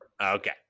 okay